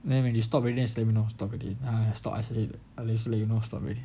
then when you stop already then just let me know you stop already then I stop I also let you know I stop already